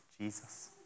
Jesus